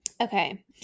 Okay